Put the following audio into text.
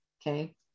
okay